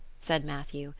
said matthew,